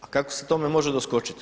A kako se tome može doskočit?